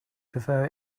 prefer